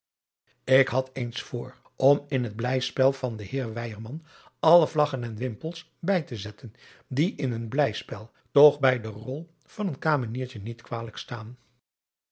ik had eens voor om in het blijspel van den heer weyerman alle vlaggen en wimpels bij te zetten die in een blijspel toch bij de rol van een kameniertje niet kwalijk staan